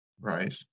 right